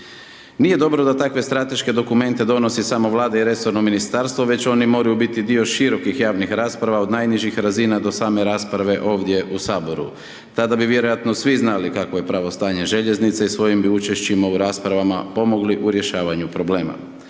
Nije dobro da takve strateške dokumente donosi samo Vlada i resorno Ministarstvo, već oni moraju biti dio širokih javnih rasprava, od najnižih razina do same rasprave, ovdje u HS, tada bi vjerojatno svi znali kakvo je pravo stanje željeznice i svojim bi učešćima u raspravama pomogli u rješavanju problema